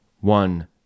one